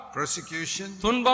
persecution